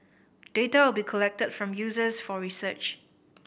data will be collected from users for research